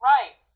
Right